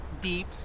deep